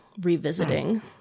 revisiting